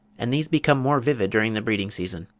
and these become more vivid during the breeding-season.